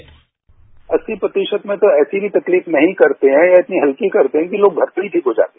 bite अस्सी प्रतिशत में तो ऐसी भी तकलीफ नहीं करते हैं या इतनी हल्की करते हैं कि लोग घर पर ही ठीक हो जाते हैं